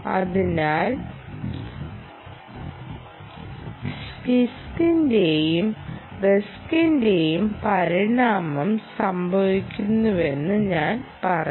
അതിനാൽ സിഐഎസ്സിയുടെയും ആർഐഎസ്സിയുടെയും പരിണാമം സംഭവിക്കുന്നുവെന്ന് ഞാൻ പറയും